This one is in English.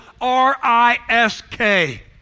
R-I-S-K